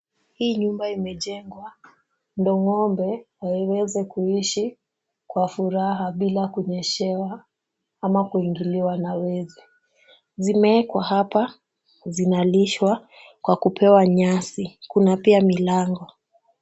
Hii nyumba imejengwa ndio ng'ombe waweze kuishi kwa furaha bila kunyeshewa au kuingiliwa na wezi. Zimewekwa hapa, zinalishwa kwa kupewa nyasi, kuna pia milango.